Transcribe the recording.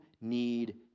need